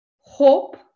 hope